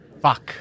Fuck